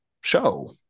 show